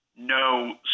no